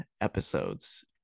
episodes